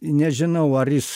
nežinau ar jis